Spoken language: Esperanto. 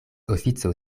ofico